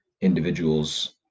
individuals